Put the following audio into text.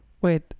Wait